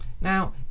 Now